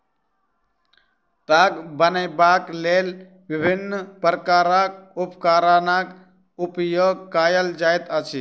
ताग बनयबाक लेल विभिन्न प्रकारक उपकरणक उपयोग कयल जाइत अछि